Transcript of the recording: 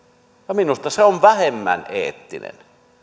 minusta ne ovat vähemmän eettisiä